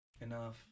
enough